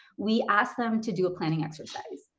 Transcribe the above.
we asked them to do a planning exercise.